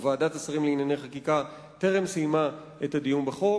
ועדת השרים לענייני חקיקה טרם סיימה את הדיון בהצעת החוק.